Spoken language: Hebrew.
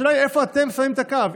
השאלה היא איפה אתם שמים את הקו.